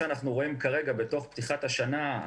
אנחנו רואים כרגע בפתיחת השנה,